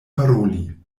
paroli